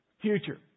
Future